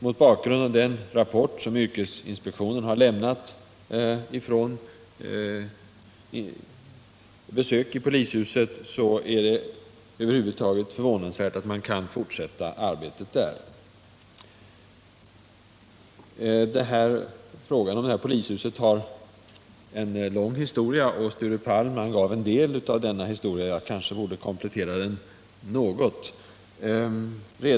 Mot bakgrund av den rapport som yrkesinspektionen har lämnat från besök i polishuset är det förvånansvärt att man över huvud taget kan fortsätta arbetet där. Frågan om det här polishuset har en lång historia. Sture Palm redogjorde för en del av denna historia, och jag kanske borde komplettera den något.